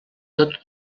tot